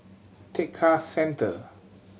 Tekka Centre